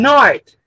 North